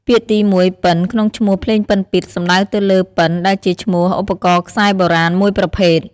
ពាក្យទីមួយ "ពិណ" ក្នុងឈ្មោះ "ភ្លេងពិណពាទ្យ" សំដៅទៅលើពិណ ដែលជាឈ្មោះឧបករណ៍ខ្សែបុរាណមួយប្រភេទ។